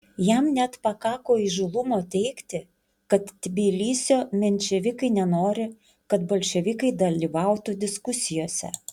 jam net pakako įžūlumo teigti kad tbilisio menševikai nenori kad bolševikai dalyvautų diskusijose